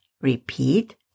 Repeat